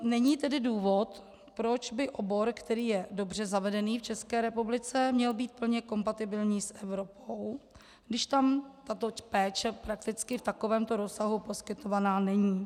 Není tedy důvod, proč by obor, který je dobře zavedený v České republice, měl být plně kompatibilní s Evropou, když tam tato péče prakticky v takovémto rozsahu poskytovaná není.